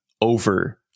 over